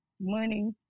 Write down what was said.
money